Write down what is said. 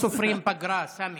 לא סופרים פגרה, סמי.